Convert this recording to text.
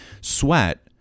Sweat